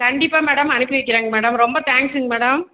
கண்டிப்பாக மேடம் அனுப்பி வைக்கிறேங்க மேடம் ரொம்ப தேங்ஸுங்க மேடம்